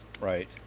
right